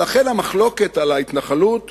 ולכן, המחלוקת על ההתנחלות